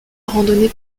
randonnée